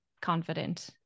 confident